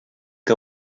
que